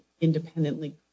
independently